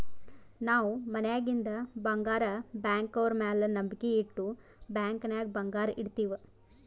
ನಾವ್ ಮನ್ಯಾಗಿಂದ್ ಬಂಗಾರ ಬ್ಯಾಂಕ್ನವ್ರ ಮ್ಯಾಲ ನಂಬಿಕ್ ಇಟ್ಟು ಬ್ಯಾಂಕ್ ನಾಗ್ ಬಂಗಾರ್ ಇಡ್ತಿವ್